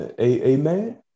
Amen